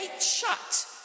shut